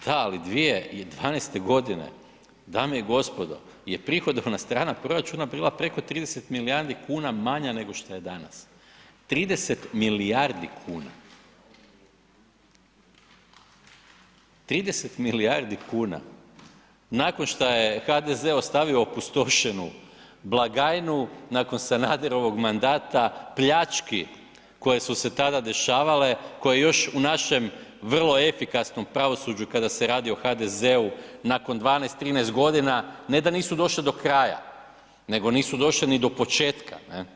Da, ali 2012. godine dame i gospodo je prihodovna strana proračuna bila preko 30 milijardi kuna manja nego što je danas, 30 milijardi kuna, 30 milijardi kuna nakon što je HDZ ostavio opustošenu blagajnu, nakon Sanaderovog mandata pljački koje su se tada dešavale, koje još u našem vrlo efikasnom pravosuđu kada se radi o HDZ-u nakon 12, 13 godina ne da nisu došle do kraja nego nisu došle ni do početka.